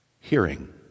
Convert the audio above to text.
Hearing